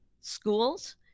schools